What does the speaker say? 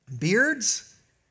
Beards